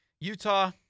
Utah